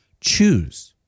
Choose